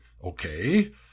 Okay